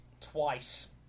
Twice